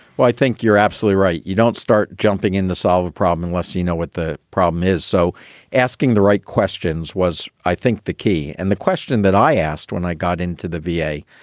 well, i think you're absolutely right. you don't start jumping in the solve a problem unless you know what the problem is. so asking the right questions was, i think the key and the question that i asked when i got into the v a.